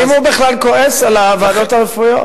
לעתים הוא בכלל כועס על הוועדות הרפואיות.